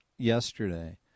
Yesterday